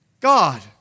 God